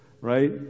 Right